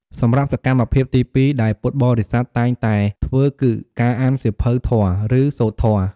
សម្រាប់សកម្មភាពទីពីរដែលពុទ្ធបរិស័ទតែងតែធ្វើគឺ ការអានសៀវភៅធម៌ ឬ សូត្រធម៌។